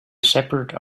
shepherd